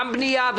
גם בנייה,